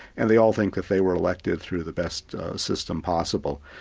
and they all think that they were elected through the best system possible.